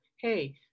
hey